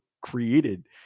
created